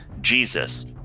Jesus